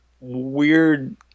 weird